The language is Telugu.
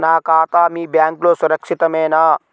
నా ఖాతా మీ బ్యాంక్లో సురక్షితమేనా?